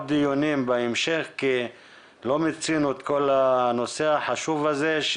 דיונים בהמשך כי לא מיצינו את כל הנושא החשוב הזה.